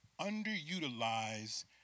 underutilized